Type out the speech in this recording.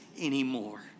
anymore